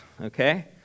okay